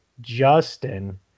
Justin